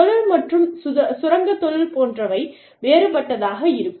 தொழில் மற்றும் சுரங்கத் தொழில் போன்றவை வேறுபட்டதாக இருக்கும்